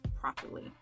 properly